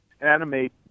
animate